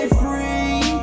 free